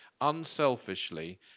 unselfishly